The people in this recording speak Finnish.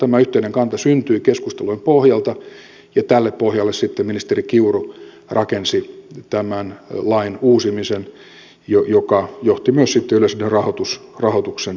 tämä yhteinen kanta syntyi keskustelujen pohjalta ja tälle pohjalle sitten ministeri kiuru rakensi tämän lain uusimisen joka johti myös sitten yleisradion rahoituksen uusimiseen